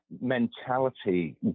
mentality